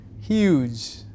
huge